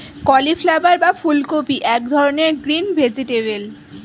cauliflower বা ফুলকপি এক ধরনের গ্রিন ভেজিটেবল